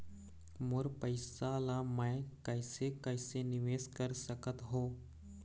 मोर पैसा ला मैं कैसे कैसे निवेश कर सकत हो?